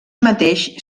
mateix